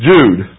Jude